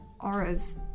auras